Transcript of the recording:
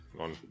on